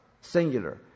singular